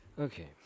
Okay